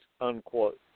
unquote